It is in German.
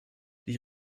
die